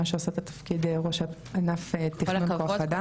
שעושה את התפקיד ראש ענף תכנון כוח אדם.